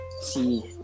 See